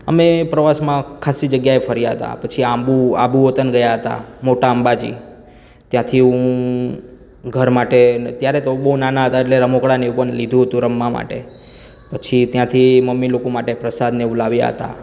અમે પ્રવાસમાં ખાસી જગ્યાએ ફર્યા હતા પછી આંબુ આબુ વતન ગયા હતા મોટા અંબાજી પછી ત્યાંથી હું ઘર માટે હું ત્યારે તો બહુ નાના હતા રમકડાંને એવું લીધું હતું રમવા માટે પછી ત્યાંથી અમે મમ્મી લોકો માટે પ્રસાદ ને એવું લાવ્યા હતા